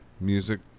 music